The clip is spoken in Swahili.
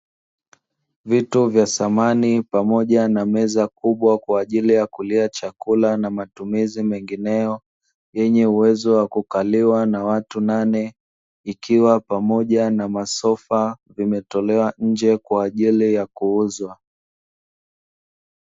Vitu vya samani pamoja na meza kubwa kwa ajili ya kulia chakula na matumizi mengineyo yenye uwezo wa kukaliwa na watu nane ikiwa pamoja na masofa, vimetolewa nje kwa ajili ya kuuzwa.